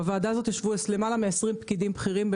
בוועדה הזו ישבו למעלה מ-20 פקידים בכירים,